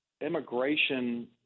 immigration